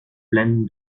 pleine